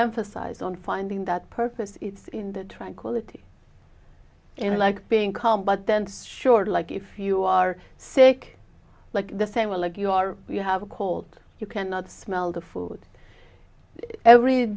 emphasize on finding that purpose it's in the tranquility and like being calm but then stored like if you are sick like the same way like you are you have a cold you cannot smell the food every